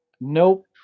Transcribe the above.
Nope